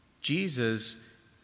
Jesus